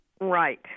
Right